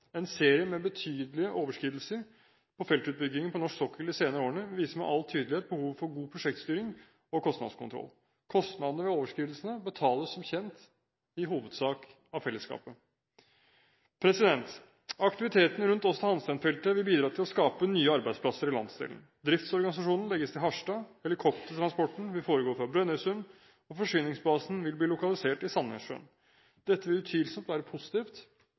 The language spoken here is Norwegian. En serie med betydelige overskridelser på feltutbyggingen på norsk sokkel de senere årene viser med all tydelighet behovet for god prosjektstyring og kostnadskontroll. Kostnadene ved overskridelsene betales som kjent i hovedsak av fellesskapet. Aktiviteten rundt Aasta Hansteen-feltet vil bidra til å skape nye arbeidsplasser i landsdelen. Driftsorganisasjonen legges til Harstad, helikoptertransporten vil foregå fra Brønnøysund, og forsyningsbasen vil bli lokalisert i Sandnessjøen. Dette vil utvilsomt være positivt